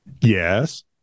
Yes